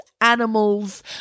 animals